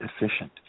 efficient